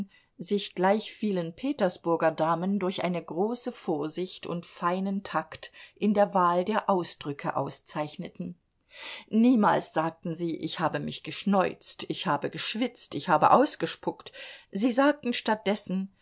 sich gleich vielen petersburger damen durch eine große vorsicht und feinen takt in der wahl der ausdrücke auszeichneten niemals sagten sie ich habe mich geschneuzt ich habe geschwitzt ich habe ausgespuckt sie sagten